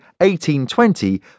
1820